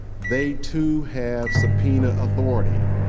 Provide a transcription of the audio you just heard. they too have subpoena authority.